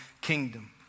kingdom